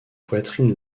poitrine